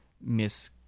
miss